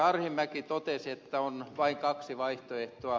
arhinmäki totesi että on vain kaksi vaihtoehtoa